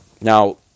Now